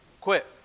quit